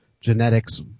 genetics